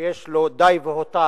שיש לו די והותר